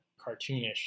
cartoonish